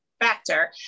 factor